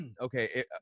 okay